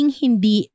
hindi